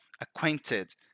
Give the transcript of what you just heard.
acquainted